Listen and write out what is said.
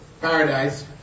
paradise